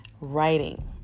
writing